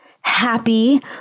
happy